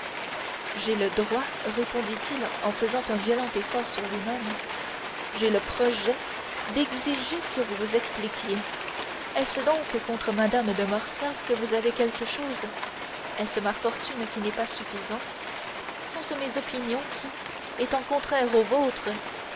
j'ai le droit répondit-il en faisant un violent effort sur lui-même j'ai le projet d'exiger que vous vous expliquiez est-ce donc contre mme de morcerf que vous avez quelque chose est-ce ma fortune qui n'est pas suffisante sont-ce mes opinions qui étant contraires aux vôtres